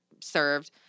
served